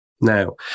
Now